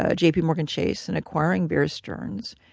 ah jp yeah morgan chase in acquiring bear stearns.